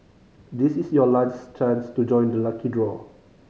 this is your last chance to join the lucky draw